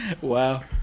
wow